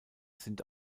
sind